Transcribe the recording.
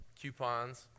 coupons